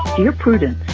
dear prudence